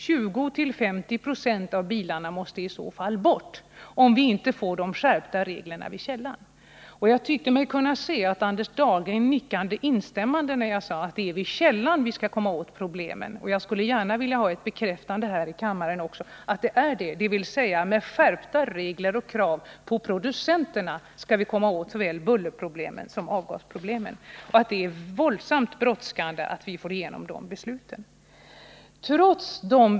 20-50 96 av bilarna måste bort, om vi inte får en skärpning av reglerna vid källan. Jag tyckte mig kunna se att Anders Dahlgren nickade instämmande när jag sade att det är vid källan som vi skall komma åt problemen. Det skulle vara bra att här i kammaren få en bekräftelse på detta, dvs. att det är med en skärpning av kraven på producenterna som vi skall klara av såväl bullersom avgasproblem och att det är oerhört brådskande att få igenom beslut härom.